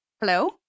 Hello